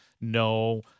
no